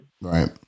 Right